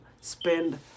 spend